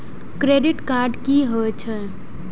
Credit card की होय छै?